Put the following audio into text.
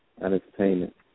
entertainment